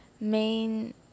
main